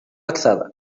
أكثر